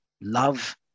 love